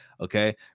okay